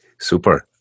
Super